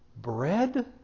bread